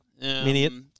Mini